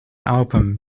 album